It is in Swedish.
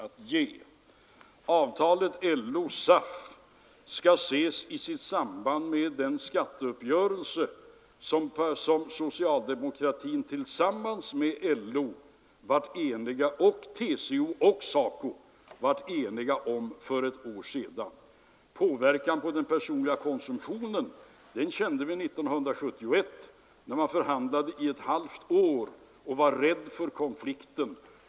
Vad sedan avtalet LO—SAF angår skall det ses i samband med den skatteuppgörelse som socialdemokratin tillsammans med LO, TCO och SACO var eniga om för ett år sedan. Påverkan på den personliga konsumtionen kände vi 1971, när man förhandlade under ett halvt år och var rädd för konflikten.